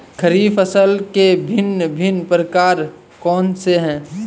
खरीब फसल के भिन भिन प्रकार कौन से हैं?